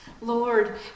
lord